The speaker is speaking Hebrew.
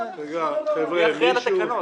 מי אחראי על התקנות?